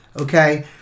okay